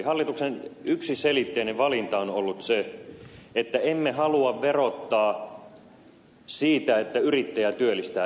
hallituksen yksiselitteinen valinta on ollut se että emme halua verottaa siitä että yrittäjä työllistää ihmisen